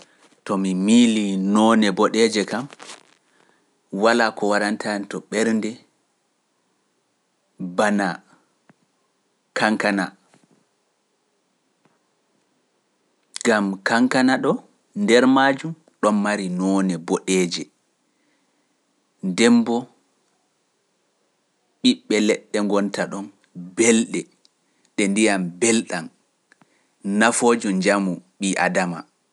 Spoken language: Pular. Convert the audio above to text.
To mi miili noone boɗeeje kam, walaa ko warantaani to ɓernde, banaa, kankanaa. Gam kankana ɗo, nder maaju ɗon mari noone boɗeeje. Dembo, ɓiɓɓe leɗɗe ngonta ɗon, belde ɗe ndiyam belɗam nafoojo njamu ɓii Adama.